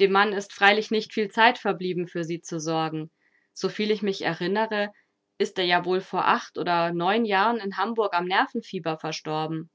dem mann ist freilich nicht viel zeit verblieben für sie zu sorgen soviel ich mich erinnere ist er ja wohl vor acht oder neun jahren in hamburg am nervenfieber verstorben